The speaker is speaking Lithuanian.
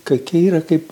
ka yra kaip